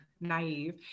naive